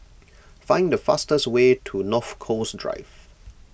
find the fastest way to North Coast Drive